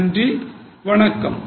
நன்றி வணக்கம்